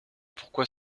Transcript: pourquoi